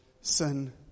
sin